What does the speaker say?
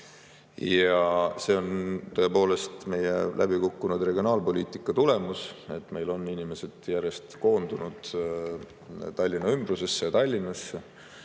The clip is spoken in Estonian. Ja see on tõepoolest meie läbi kukkunud regionaalpoliitika tulemus, et meil on inimesed järjest koondunud Tallinna ümbrusesse ja Tallinnasse.